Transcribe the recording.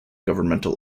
governmental